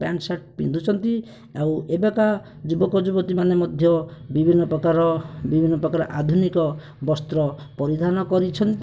pant shirt ପିନ୍ଧୁଛନ୍ତି ଆଉ ଏବେକା ଯୁବକ ଯୁବତୀମାନେ ମଧ୍ୟ ବିଭିନ୍ନ ପ୍ରକାର ବିଭିନ୍ନ ପ୍ରକାର ଆଧୁନିକ ବସ୍ତ୍ର ପରିଧାନ କରିଛନ୍ତି